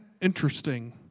Interesting